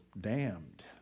Damned